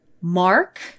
Mark